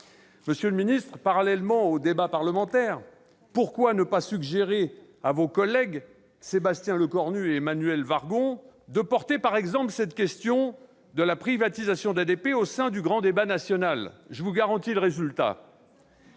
Monsieur le ministre, parallèlement au débat parlementaire, pourquoi ne pas suggérer à vos collègues Sébastien Lecornu et Emmanuelle Wargon de poser la question de la privatisation d'ADP dans le cadre du grand débat national ? Je vous garantis le résultat